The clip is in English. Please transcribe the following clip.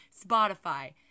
Spotify